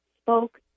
spoke